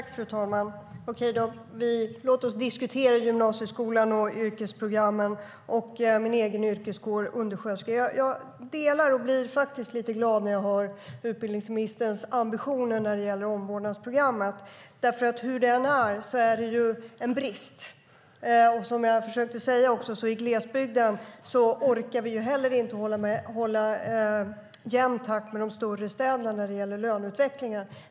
Fru talman! Okej, låt oss diskutera gymnasieskolan, yrkesprogrammen och min egen yrkeskår undersköterskorna. Jag blir faktiskt lite glad när jag hör om utbildningsministerns ambitioner när det gäller omvårdnadsprogrammet. Hur det än är finns det en brist. Som jag försökte säga orkar vi i glesbygden inte hålla jämn takt med de större städerna när det gäller löneutvecklingen.